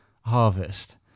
Harvest